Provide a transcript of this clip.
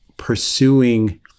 pursuing